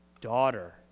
Daughter